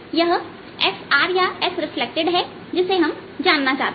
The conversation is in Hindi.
यह SR है जिसे हम जानना चाहते हैं